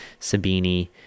Sabini